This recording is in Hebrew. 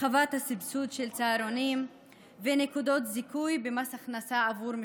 הרחבת הסבסוד של צהרונים ונקודות זיכוי במס הכנסה עבור משפחות.